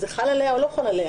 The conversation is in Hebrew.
האם זה חל עליה או לא חל עליה?